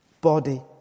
body